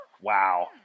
Wow